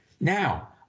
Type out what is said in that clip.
Now